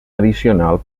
addicional